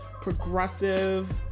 progressive